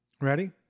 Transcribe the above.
Ready